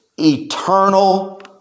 eternal